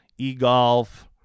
eGolf